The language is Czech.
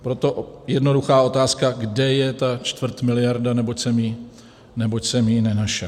Proto jednoduchá otázka, kde je ta čtvrtmiliarda, neboť jsem ji nenašel.